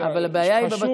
אבל הבעיה היא במשרד